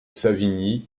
savigny